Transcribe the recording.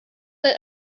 let